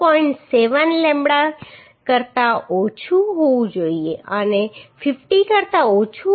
7 લેમ્બડાઇ કરતા ઓછું હોવું જોઈએ અને 50 કરતા ઓછું હોવું જોઈએ